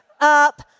up